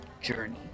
journey